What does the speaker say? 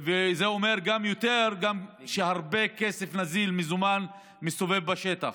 וזה אומר גם שהרבה כסף נזיל, מזומן, מסתובב בשטח,